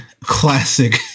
classic